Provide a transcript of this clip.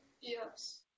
Yes